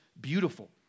beautiful